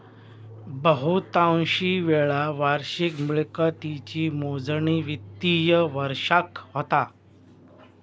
बहुतांशी वेळा वार्षिक मिळकतीची मोजणी वित्तिय वर्षाक होता